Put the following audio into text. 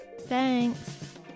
Thanks